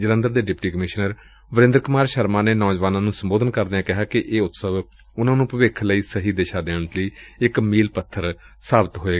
ਜਲੰਧਰ ਦੇ deputy commissioner Varinder Kumar Sharma ਨੇ ਨੌਜਵਾਨਾਂ ਨੂੰ ਸੰਬੋਧਨ ਕਰਦਿਆਂ ਕਿਹਾ ਕਿ ਇਹ ਉਤਸਵ ਉਨੂਾ ਨੂੰ ਭਵਿੱਖ ਲਈ ਸਹੀ ਦਿਸ਼ਾ ਦੇਣ ਲਈ ਇਕ ਮੀਲ ਪੱਬਰ ਵਾਂਗ ਏ